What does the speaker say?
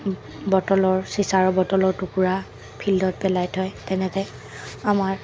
বটলৰ চিঁচাৰ বটলৰ টুকুৰা ফিল্ডত পেলাই থয় তেনেকৈ আমাৰ